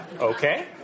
Okay